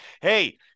Hey –